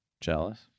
Jealous